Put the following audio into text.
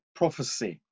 prophecy